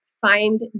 find